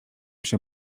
się